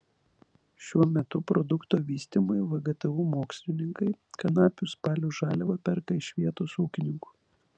šiuo metu produkto vystymui vgtu mokslininkai kanapių spalių žaliavą perka iš vietos ūkininkų